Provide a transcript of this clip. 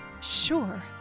sure